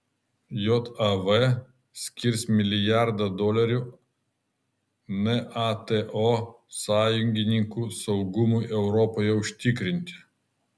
jav skirs milijardą dolerių nato sąjungininkų saugumui europoje užtikrinti